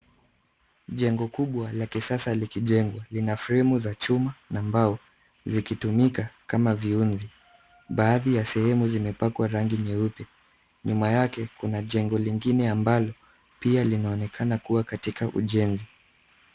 Jengo kubwa la kisasa likijengwa, lina fremu za chuma na mbao, zikitumika kama viunzi. Baadhi ya sehemu zimepakwa rangi nyeupe, nyuma yake kuna jengo lingine ambalo pia linaonekana kuwa katika ujenzi.